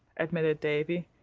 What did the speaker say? admitted davy,